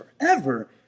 forever